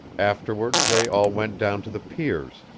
afterwards they all went down to the piers,